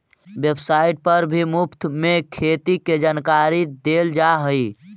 website पर भी मुफ्त में खेती के जानकारी देल जा हई